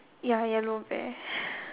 ya yellow bear